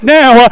now